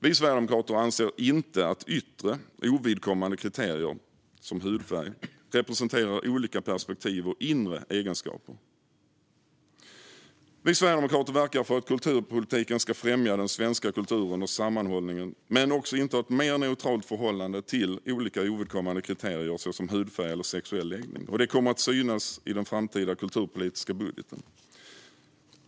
Vi sverigedemokrater anser inte att yttre ovidkommande kriterier som hudfärg representerar olika perspektiv och inre egenskaper. Vi sverigedemokrater verkar för att kulturpolitiken ska främja den svenska kulturen och sammanhållningen men också inta ett mer neutralt förhållande till olika ovidkommande kriterier såsom hudfärg eller sexuell läggning. Det kommer att synas i den framtida kulturpolitiska budgeten.